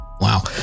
Wow